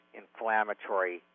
inflammatory